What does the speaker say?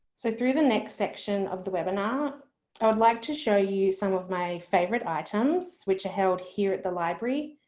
so through the next section of the webinar i would like to show you some of my favorite items which are held here at the library.